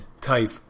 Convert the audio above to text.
type